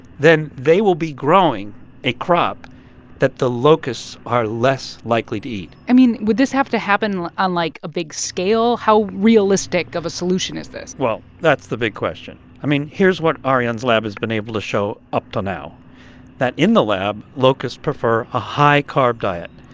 then they will be growing a crop that the locusts are less likely to eat i mean, would this have to happen on, like, a big scale? how realistic of a solution is this? well, that's the big question. i mean, here's what arianne's lab has been able to show up till now that in the lab, locusts prefer a high-carb diet,